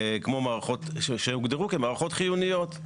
כמו מערכות שהוגדרו כמערכות חיוניות.